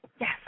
Yes